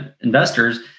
investors